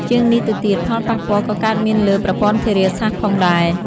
ជាងនេះទៅទៀត ផលប៉ះពាល់ក៏កើតមានលើ ប្រព័ន្ធធារាសាស្ត្រ ផងដែរ។